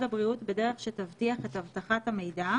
הבריאות בדרך במשרד שתבטיח את אבטחת המידע,